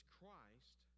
Christ